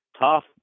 tough